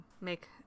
make